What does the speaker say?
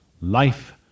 Life